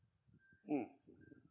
mm